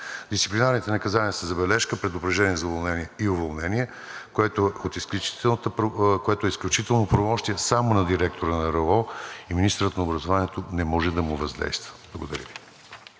Дисциплинарните наказания са „забележка“, „предупреждение за уволнение“ и „уволнение“, което е изключително правомощие само на директора на РУО и министърът на образованието не може да му въздейства. Благодаря.